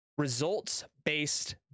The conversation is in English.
results-based